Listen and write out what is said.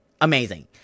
amazing